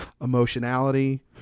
emotionality